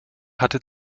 hatte